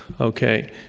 okay.